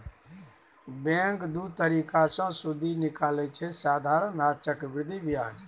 bank दु तरीका सँ सुदि निकालय छै साधारण आ चक्रबृद्धि ब्याज